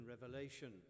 revelation